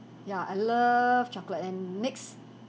ya I love chocolate and mix